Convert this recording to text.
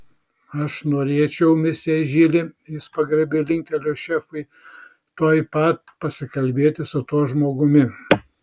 aš norėčiau mesjė žili jis pagarbiai linktelėjo šefui tuoj pat pasikalbėti su tuo žmogumi